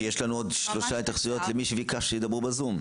יש לנו עוד שלוש התייחסויות למי שביקשת שידבר בזום.